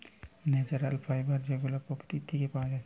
natural fibre যেগুলা প্রকৃতি থিকে পায়া যাচ্ছে